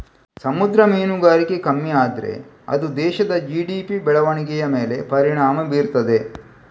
ಸಮುದ್ರ ಮೀನುಗಾರಿಕೆ ಕಮ್ಮಿ ಆದ್ರೆ ಅದು ದೇಶದ ಜಿ.ಡಿ.ಪಿ ಬೆಳವಣಿಗೆಯ ಮೇಲೆ ಪರಿಣಾಮ ಬೀರ್ತದೆ